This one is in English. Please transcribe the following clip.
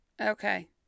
okay